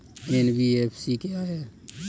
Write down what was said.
NBFC क्या है?